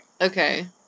Okay